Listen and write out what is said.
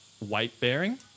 weight-bearing